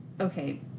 okay